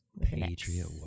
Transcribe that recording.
Patriot